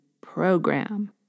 program